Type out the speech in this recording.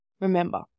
remember